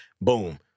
Boom